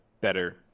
better –